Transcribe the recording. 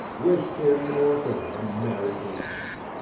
wished him or her a merry christmas.